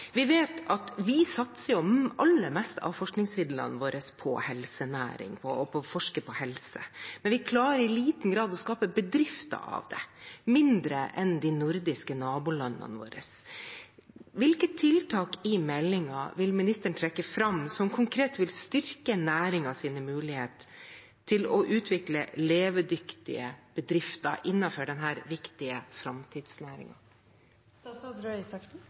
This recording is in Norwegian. Vi vet at vi satser det aller meste av forskningsmidlene våre på helsenæring og på det å forske på helse, men vi klarer i liten grad å skape bedrifter av det, mindre enn våre nordiske naboland. Hvilke tiltak i meldingen vil ministeren trekke fram som konkret vil styrke næringens muligheter til å utvikle levedyktige bedrifter innenfor denne viktige